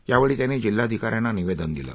यावेळी त्यांनी जिल्हाधिकाऱ्यांना निवेदन दिलं